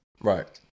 Right